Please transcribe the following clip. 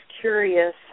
curious